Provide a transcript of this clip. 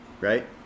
Right